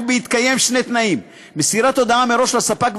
רק בהתקיים שני תנאים: מסירת הודעה מראש לספק,